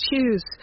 choose